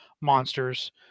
monsters